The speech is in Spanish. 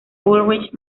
ulrich